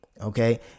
Okay